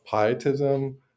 pietism